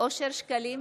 אושר שקלים,